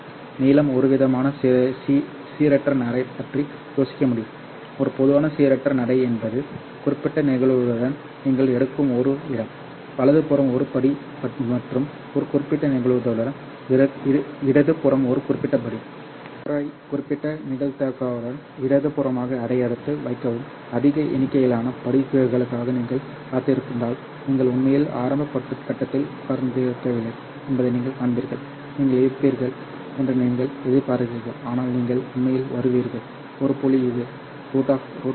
நீளம் ஒருவிதமான சீரற்ற நடை பற்றி யோசிக்க முடியும் ஒரு பொதுவான சீரற்ற நடை என்பது ஒரு குறிப்பிட்ட நிகழ்தகவுடன் நீங்கள் எடுக்கும் ஒரு இடம் வலதுபுறம் ஒரு படி மற்றும் ஒரு குறிப்பிட்ட நிகழ்தகவுடன் இடதுபுறம் ஒரு குறிப்பிட்ட படி ஒரு முறை குறிப்பிட்ட நிகழ்தகவுடன் இடதுபுறமாக அடியெடுத்து வைக்கவும் அதிக எண்ணிக்கையிலான படிகளுக்காக நீங்கள் காத்திருந்தால் நீங்கள் உண்மையில் ஆரம்ப கட்டத்தில் உட்கார்ந்திருக்கவில்லை என்பதை நீங்கள் காண்பீர்கள் நீங்கள் இருப்பீர்கள் என்று நீங்கள் எதிர்பார்க்கிறீர்கள் ஆனால் நீங்கள் உண்மையில் வருவீர்கள் ஒரு புள்ளி இது √n